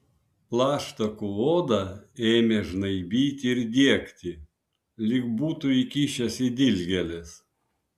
plaštakų odą ėmė žnaibyti ir diegti lyg būtų įkišęs į dilgėles